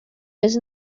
was